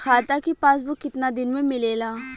खाता के पासबुक कितना दिन में मिलेला?